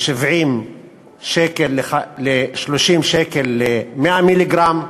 מ-70 שקל ל-30 שקל ל-100 מיליגרם.